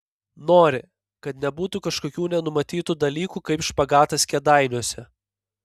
nori kad nebūtų kažkokių nenumatytų dalykų kaip špagatas kėdainiuose